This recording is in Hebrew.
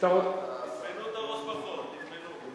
תטמנו את הראש בחול, תטמנו.